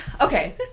Okay